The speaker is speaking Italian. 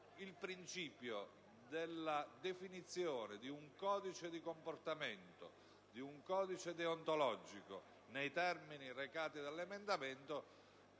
il principio della definizione di un codice di comportamento, deontologico, nei termini recati dall'emendamento